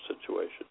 situation